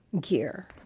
gear